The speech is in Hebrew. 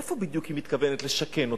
איפה בדיוק היא מתכוונת לשכן אותם?